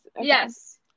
Yes